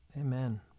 Amen